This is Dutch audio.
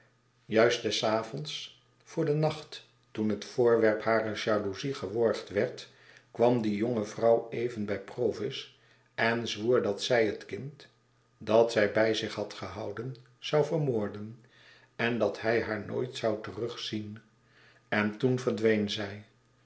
juist des avonds voor den nacht toen het voorwerp harer jaloezie geworgd werd kwam die jonge vrouw even bij provis en zwoer dat zij het kind dat zij bij zich hadgehouden zou vermoorden en dat hij haar nooit zou terugzien en toen verdween zij